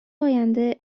آینده